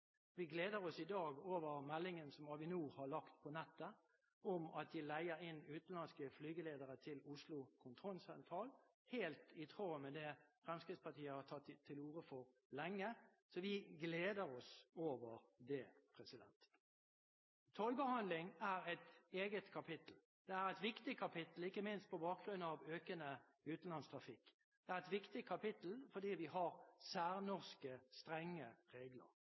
Vi gleder oss i dag over meldingen som Avinor har lagt ut på nettet om at de leier inn utenlandske flygeledere til Oslo kontrollsentral – helt i tråd med det Fremskrittspartiet har tatt til orde for lenge. Vi gleder oss over det. Tollbehandling er et eget kapittel. Det er et viktig kapittel ikke minst på bakgrunn av økende utenlandstrafikk. Det er et viktig kapittel fordi vi har særnorske, strenge regler.